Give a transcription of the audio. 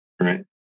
right